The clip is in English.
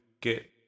get